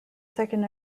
second